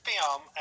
film